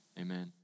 amen